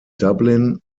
dublin